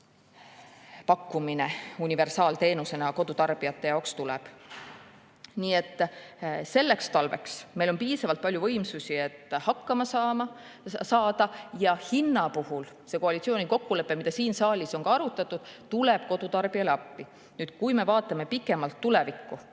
pakkumine universaalteenusena kodutarbijate jaoks tuleb. Nii et selleks talveks on meil piisavalt võimsusi, et hakkama saada. Hinna puhul see koalitsiooni kokkulepe, mida siin saalis on ka arutatud, tuleb kodutarbijale appi. Kui me vaatame pikemalt tulevikku,